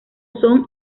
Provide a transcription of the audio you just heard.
son